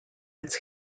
its